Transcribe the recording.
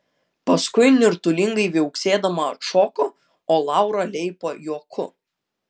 paskui nirtulingai viauksėdama atšoko o laura leipo juoku